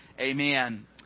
Amen